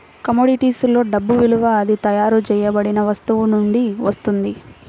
commodities లో డబ్బు విలువ అది తయారు చేయబడిన వస్తువు నుండి వస్తుంది